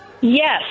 Yes